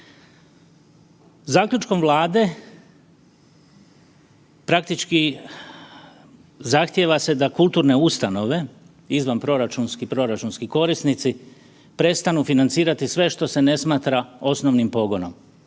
Zaključkom Vlade praktički zahtijeva se da kulturne ustanove izvanproračunski i proračunski korisnici prestanu financirati sve što se ne smatra osnovnim pogonom.